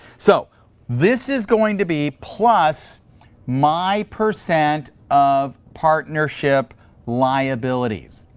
so this is going to be plus my percent of partnership liabilities.